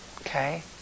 okay